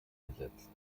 gesetzt